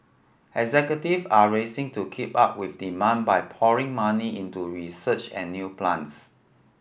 executive are racing to keep up with demand by pouring money into research and new plants